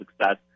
success